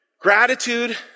Gratitude